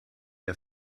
der